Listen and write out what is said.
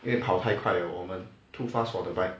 因为跑太快 eh 我们 too fast for the bike